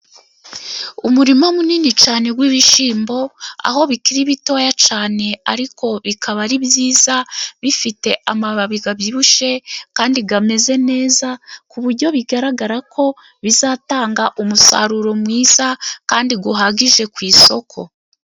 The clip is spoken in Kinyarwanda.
Umurima munini cyane w'ibishyimbo, aho bikiri bitoya cyane ariko bikaba ari byiza bifite amababi abyibushye kandi ameze neza ku buryo bigaragara ko bizatanga umusaruro mwiza kandi uhagije ku isoko.